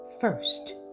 first